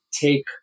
take